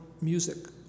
music